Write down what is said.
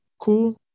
Cool